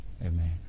Amen